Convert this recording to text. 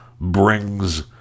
brings